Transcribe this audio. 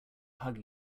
hug